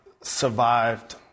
survived